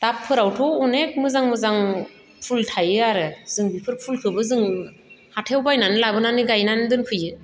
थाब फोरावथ' अनेख मोजां मोजां फुल थायो आरो जों बिफोर फुलखोबो जों हाथायाव बायनानै लाबोनानै गायनानै दोनफैयो